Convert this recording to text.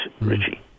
Richie